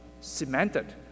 cemented